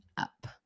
up